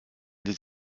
des